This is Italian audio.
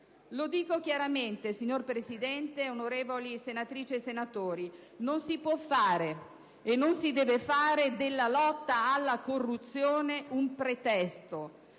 Lo dico chiaramente, signor Presidente, onorevoli senatrici e senatori: non si può e non si deve fare della lotta alla corruzione un pretesto.